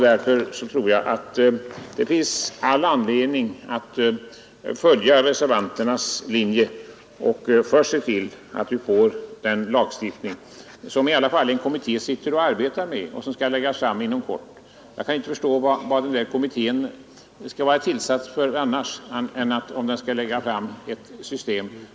Därför tror jag det finns all anledning att följa utskottsreservanternas linje och se till att vi först får en lagstiftning; det finns redan en kommitté som arbetar på en sådan, och den skall inom kort framlägga sitt förslag. Man bör naturligtvis avvakta detta förslag och den därpå följande lagstiftningen.